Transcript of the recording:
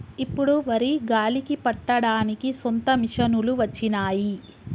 ఇప్పుడు వరి గాలికి పట్టడానికి సొంత మిషనులు వచ్చినాయి